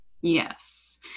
yes